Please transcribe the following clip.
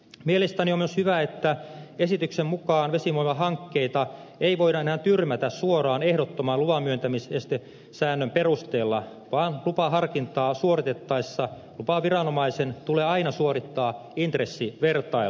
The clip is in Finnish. mielestäni on myös hyvä että esityksen mukaan vesivoimahankkeita ei voida enää tyrmätä suoraan ehdottoman luvanmyöntämisestesäännön perusteella vaan lupaharkintaa suoritettaessa lupaviranomaisen tulee aina suorittaa intressivertailu